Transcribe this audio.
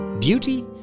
Beauty